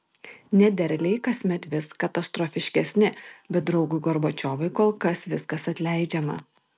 nederliai kasmet vis katastrofiškesni bet draugui gorbačiovui kol kas viskas atleidžiama